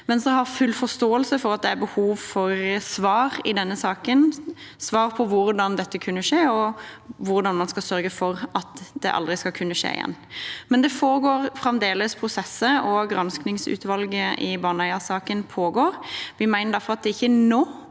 ikke. Jeg har full forståelse for at det er behov for svar i denne saken, svar på hvordan dette kunne skje, og hvordan man skal sørge for at det aldri skal kunne skje igjen. Men det pågår fremdeles prosesser, og granskingsutvalget i Baneheia-saken arbeider. Vi mener derfor at det ikke er